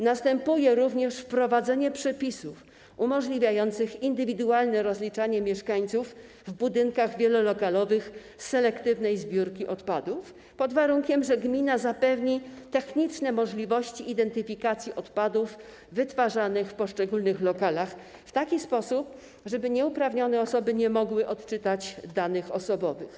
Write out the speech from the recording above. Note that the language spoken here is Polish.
Następuje również wprowadzenie przepisów umożliwiających indywidualne rozliczanie mieszkańców w budynkach wielolokalowych z selektywnej zbiórki odpadów, pod warunkiem że gmina zapewni techniczne możliwości identyfikacji odpadów wytwarzanych w poszczególnych lokalach w taki sposób, żeby nieuprawnione osoby nie mogły odczytać danych osobowych.